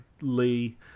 Lee